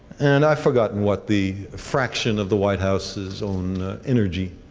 and i forgot and what the fraction of the white house's own energy